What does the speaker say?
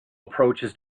approaches